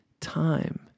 time